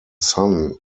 son